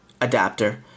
adapter